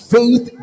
Faith